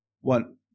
one